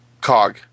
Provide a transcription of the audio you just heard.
cog